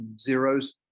zeros